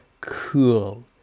cool